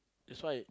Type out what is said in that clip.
that's why